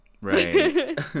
Right